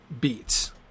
beats